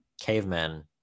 cavemen